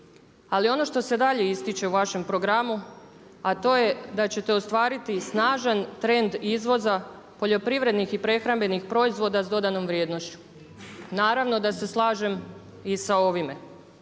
Ali ono što se dalje ističe u vašem programu, a to je da ćete ostvariti i snažan trend izvoza poljoprivrednih i prehrambenih proizvoda s dodanom vrijednošću. Naravno da se slažem i sa ovime.